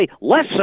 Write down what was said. less